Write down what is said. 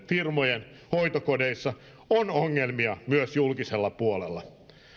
firmojen hoitokodeissa on ongelmia myös julkisella puolella